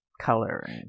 color